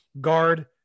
guard